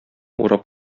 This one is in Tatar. урап